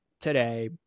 today